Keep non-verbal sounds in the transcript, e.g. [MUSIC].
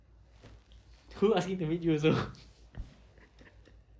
who's asking to meet you also [LAUGHS]